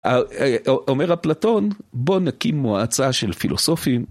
אומר אפלטון, בוא נקים מועצה של פילוסופים.